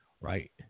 right